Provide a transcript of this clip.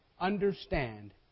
understand